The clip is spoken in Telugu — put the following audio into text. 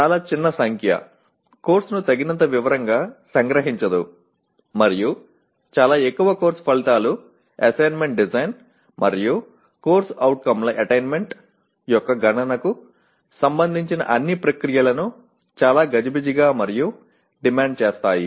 చాలా చిన్న సంఖ్య కోర్సును తగినంత వివరంగా సంగ్రహించదు మరియు చాలా ఎక్కువ కోర్సు ఫలితాలు అసెస్మెంట్ డిజైన్ మరియు CO ల అటైన్మెంట్ యొక్క గణనకు సంబంధించిన అన్ని ప్రక్రియలను చాలా గజిబిజిగా మరియు డిమాండ్ చేస్తాయి